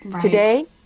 Today